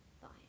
Fine